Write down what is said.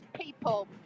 people